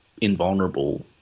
invulnerable